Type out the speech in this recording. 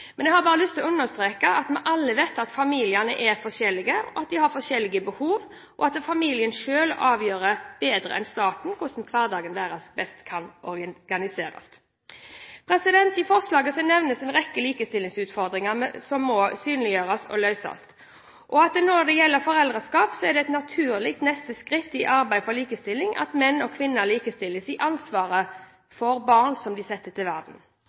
Men jeg har bare lyst til å understreke at vi alle vet at familier er forskjellige, at de har forskjellige behov, og at familien derfor selv avgjør bedre enn staten hvordan hverdagen deres best kan organiseres. I forslaget nevnes en rekke likestillingsutfordringer som må synliggjøres og løses, og at det når det gjelder foreldreskap, er et naturlig neste skritt i arbeidet for likestilling at menn og kvinner likestilles i ansvaret for barn som de setter til verden.